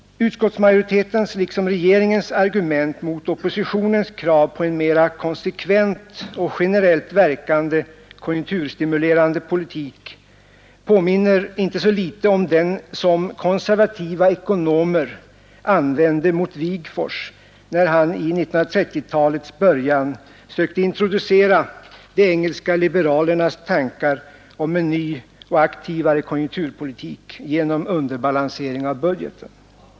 Utskottsmajoritetens liksom regeringens argument mot oppositionens krav på en mera konsekvent och generellt verkande konjunkturstimulerande politik påminner inte så litet om den som konservativa ekonomer använde mot Wigforss, när han i 1930-talets början sökte introducera de engelska liberalernas tankar om en ny och aktivare konjunkturpolitik genom underbalansering av budgeten.